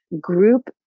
Group